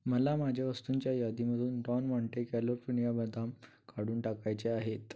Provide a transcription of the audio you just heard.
मला माझ्या वस्तूंच्या यादीमधून डॉन मॉन्टे कॅलिफोर्निया बदाम काढून टाकायचे आहेत